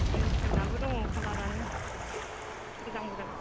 जेन्सफोरनाबो दङ कालारानो मोजां मोजां